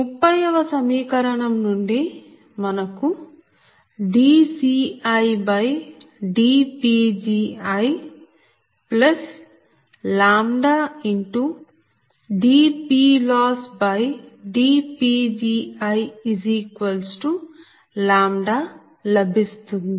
30 వ సమీకరణం నుండి మనకు dCidPgidPLossdPgiλ లభిస్తుంది